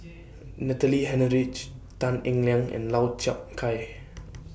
Natalie Hennedige Tan Eng Liang and Lau Chiap Khai